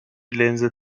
لنز